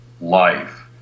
life